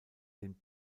den